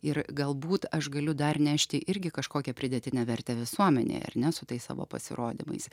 ir galbūt aš galiu dar nešti irgi kažkokią pridėtinę vertę visuomenei ar ne su tais savo pasirodymais